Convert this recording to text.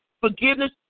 Forgiveness